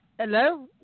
Hello